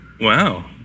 Wow